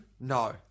No